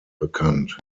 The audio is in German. bekannt